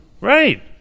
Right